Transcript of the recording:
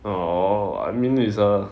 orh I mean it's err